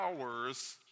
hours